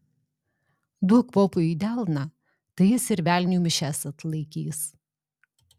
duok popui į delną tai jis ir velniui mišias atlaikys